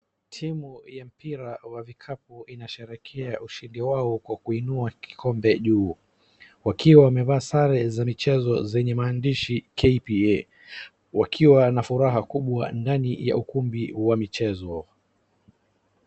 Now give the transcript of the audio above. Timu ya mpira wa vikapu inasherehekea ushindi wao kwa kuinua kikombe juu. Wakiwa wamevaa sare za michezo zenye maandishi KPA wakiwa na furaha kubwa ndani ya ukumbi wa michezo.